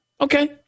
Okay